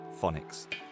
phonics